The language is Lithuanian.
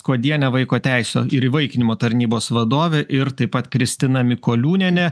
kuodienė vaiko teisių ir įvaikinimo tarnybos vadovė ir taip pat kristina mikoliūnienė